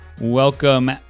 Welcome